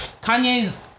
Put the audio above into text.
Kanye's